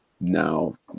now